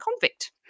convict